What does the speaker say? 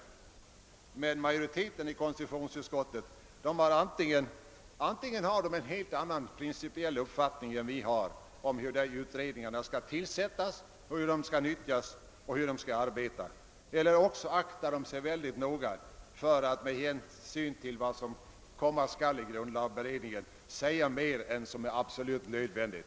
Men antingen har majoriteten i konstitutionsutskottet en heit annan principiell uppfattning än vi om hur utredningarna skall tillsättas, nyttjas och arbeta, eller också aktar man sig, med hänsyn till vad som komma skall i grundlagberedningen, väldigt noga för att säga mer än vad som är absolut nödvändigt.